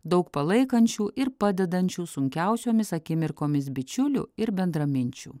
daug palaikančių ir padedančių sunkiausiomis akimirkomis bičiulių ir bendraminčių